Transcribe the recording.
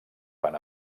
van